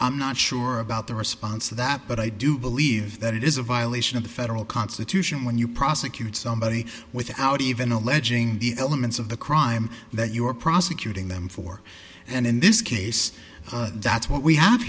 i'm not sure about the response to that but i do believe that it is a violation of the federal constitution when you prosecute somebody without even alleging the elements of the crime that you're prosecuting them for and in this case that's what we have